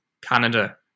Canada